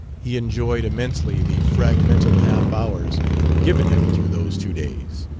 he enjoyed immensely the fragmental half-hours given him through those two days.